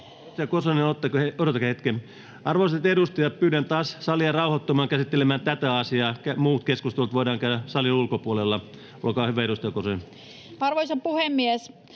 Arvoisa puhemies!